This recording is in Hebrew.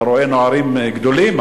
אתה רואה נערים גדולים,